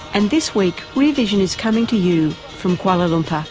and this week rear vision is coming to you from kuala lumpur,